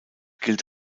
gilt